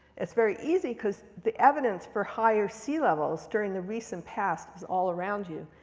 it's very easy because the evidence for higher sea levels during the recent past is all around you.